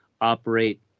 operate